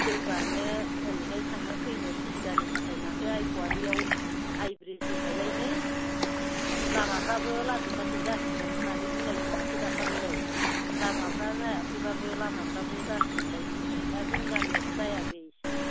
दै बारनो ओरैहाय थांनो फैनो सुबिदानि थाखाय माथो आयफुआलियाव आय ब्रिज होबाय लायनो लामाफ्राबो लासै लासै जासिगोन होन्नानै बुंलायदों माथो दाखालिलाय लामाफ्रा जायाखैबाबो लामाफ्राबो जासिगोन बायदेि होन्दों दा जोंनि गामियाबो जायाबि एसे